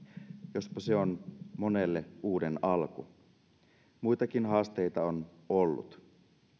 jospa se on monelle uuden alku muitakin haasteita on ollut